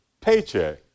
paycheck